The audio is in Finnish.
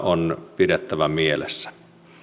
on pidettävä mielessä